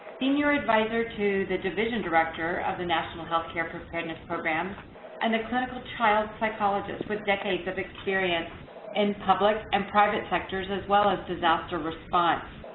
senior adviser to the division director of the national healthcare preparedness programs and a clinical child psychologist with decades of experience in public and private sectors as well as disaster response.